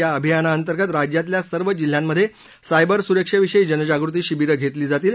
या अभियानाअंतर्गत राज्यातल्या सर्व जिल्ह्यांमध्ये सायबर सुरक्षेविषयी जनजागृती शिवीरं घेतली जातील